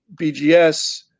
BGS